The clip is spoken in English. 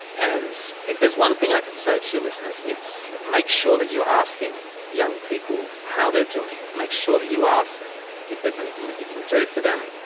and if there's one thing i could say to your listeners, it's make sure that you are asking young people how they are doing, make sure that you ask if there's anything that you can do for them,